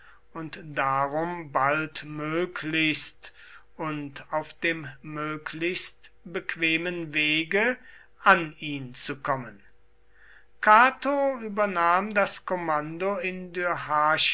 und darum baldmöglichst und auf dem möglichst bequemen wege an ihn zu kommen cato übernahm das kommando in